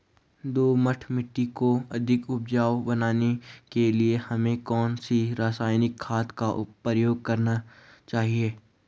दोमट मिट्टी को अधिक उपजाऊ बनाने के लिए हमें कौन सी रासायनिक खाद का प्रयोग करना चाहिए?